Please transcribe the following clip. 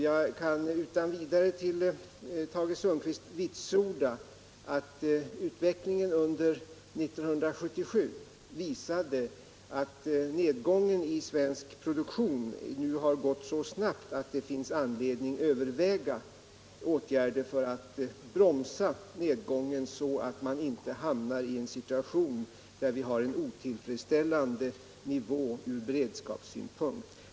Jag kan utan vidare vitsorda, Tage Sundkvist, att utvecklingen under 1977 visade att nedgången i svensk produktion nu har gått så snabbt att det finns anledning att överväga åtgärder för att bromsa den, så att man inte hamnar i en sådan situation att vi får en otillfredsställande nivå från beredskapssynpunkt.